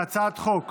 בהצעת חוק